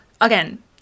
Again